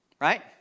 right